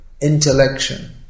intellection